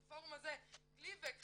זאת אומרת,